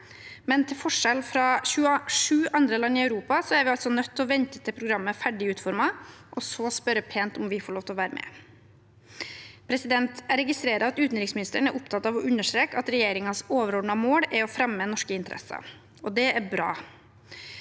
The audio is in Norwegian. men til forskjell fra sju andre land i Europa er vi altså nødt til å vente til programmet er ferdig utformet, før vi kan spørre pent om vi får lov til å være med. Jeg registrerer at utenriksministeren er opptatt av å understreke at regjeringens overordnete mål er å fremme norske interesser, og det er bra.